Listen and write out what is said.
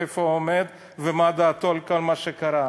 איפה הוא עומד ומה דעתו על כל מה שקרה.